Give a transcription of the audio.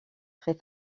très